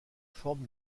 forme